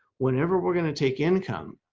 whenever we're going to take income.